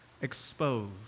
exposed